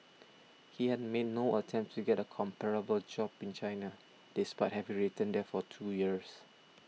he had made no attempt to get a comparable job in China despite having returned there for two years